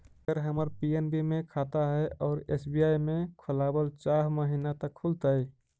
अगर हमर पी.एन.बी मे खाता है और एस.बी.आई में खोलाबल चाह महिना त का खुलतै?